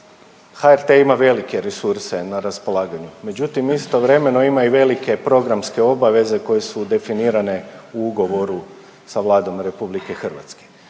HRT ima velike resurse na raspolaganju, međutim, istovremeno ima i velike programske obaveze koje su definirane u ugovoru sa Vladom RH. Sve